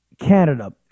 Canada